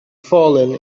fallen